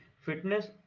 Fitness